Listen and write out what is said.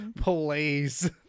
Please